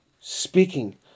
speaking